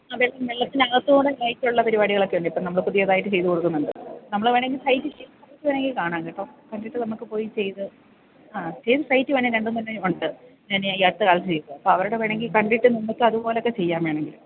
അതെ ഞങ്ങൾക്കും കൂടെ ഇതായിട്ടുള്ള പരിപാടികളൊക്കെ ഉണ്ട് ഇപ്പം നമ്മൾ പുതിയതായിട്ട് ചെയ്തുകൊടുക്കുന്നുണ്ട് നമ്മൾ വേണമെങ്കിൽ സൈറ്റ് വേണമെങ്കിൽ കാണാം കേട്ടോ കണ്ടിട്ട് നമുക്ക് പോയി ചെയ്തു ആ ചെയ്ത സൈറ്റ് വേണേ രണ്ട് മൂന്ന് എണ്ണ ഉണ്ട് ഞാൻ ഈ അടുത്ത കാലത്ത് ചെയ്ത അപ്പം അവരോട് വേണമെങ്കിൽ കണ്ടിട്ട് നിങ്ങൾക്ക് അതുപോലെ ഒക്കെ ചെയ്യാം വേണമെങ്കിൽ